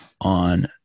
on